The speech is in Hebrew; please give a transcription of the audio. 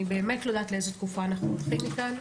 אני באמת לא יודעת לאיזו תקופה אנחנו הולכים מכאן,